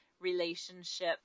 relationship